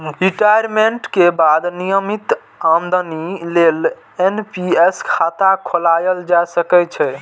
retirement के बाद नियमित आमदनी लेल एन.पी.एस खाता खोलाएल जा सकै छै